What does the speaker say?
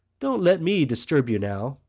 don't let me disturb you now!